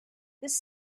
this